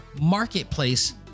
marketplace